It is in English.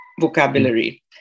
vocabulary